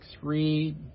three